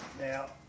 Now